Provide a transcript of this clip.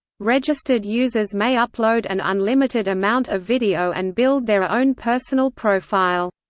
registered users may upload an unlimited amount of video and build their own personal profile.